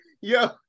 yo